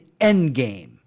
Endgame